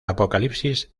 apocalipsis